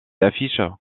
affiches